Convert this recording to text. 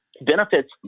benefits